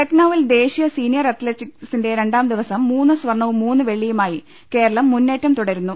ലഖ്നൌവിൽ ദേശീയ സീനിയർ അത്ലറ്റിക്സിന്റെ രണ്ടാംദിവസം മൂന്ന് സ്വർണവും മൂന്ന് വെള്ളിയുമായി കേരളം മുന്നേറ്റം തുടരുന്നു